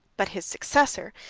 but his successor,